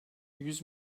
yüz